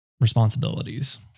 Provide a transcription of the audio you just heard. responsibilities